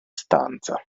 stanza